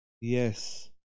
Yes